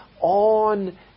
on